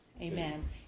Amen